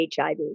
HIV